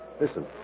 listen